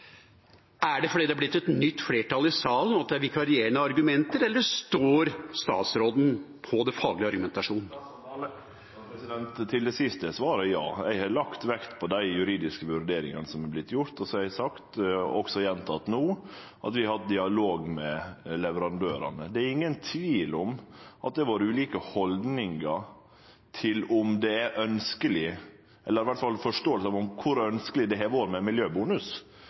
er da: Er det fordi det er blitt et nytt flertall i salen og at det er vikarierende argumenter, eller står statsråden på den faglige argumentasjonen? Til det siste er svaret ja. Eg har lagt vekt på dei juridiske vurderingane som er gjorde, og så har eg sagt, og gjenteke no, at vi har hatt dialog med leverandørane. Det er ingen tvil om at det har vore ulike haldningar til og forståing av kor ønskjeleg det har vore med miljøbonus, men der har